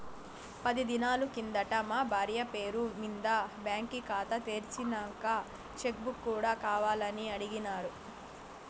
పది దినాలు కిందట మా బార్య పేరు మింద బాంకీ కాతా తెర్సినంక చెక్ బుక్ కూడా కావాలని అడిగిన్నాను